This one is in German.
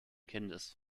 kindes